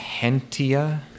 Hentia